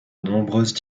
nombreuses